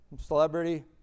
celebrity